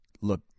Look